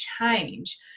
change